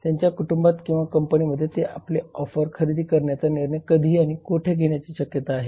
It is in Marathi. त्यांच्या कुटुंबात किंवा कंपनीमध्ये ते आपले ऑफर खरेदी करण्याचा निर्णय कधी आणि कुठे घेण्याची शक्यता आहे